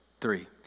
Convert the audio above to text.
three